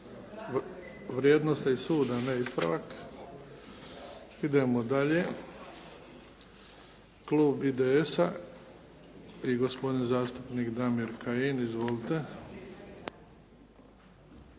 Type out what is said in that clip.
Vrijednosni sud, a ne ispravak. Idemo dalje. Klub IDS-a i gospodin zastupnik Damir Kajin. Izvolite.